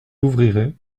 ouvrirez